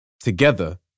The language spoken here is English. Together